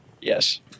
Yes